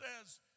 says